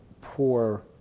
poor